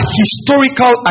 historical